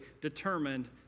determined